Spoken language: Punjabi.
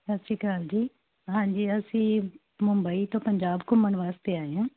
ਸਤਿ ਸ਼੍ਰੀ ਅਕਾਲ ਜੀ ਹਾਂਜੀ ਅਸੀਂ ਮੁੰਬਈ ਤੋਂ ਪੰਜਾਬ ਘੁੰਮਣ ਵਾਸਤੇ ਆਏ ਹਾਂ